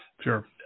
Sure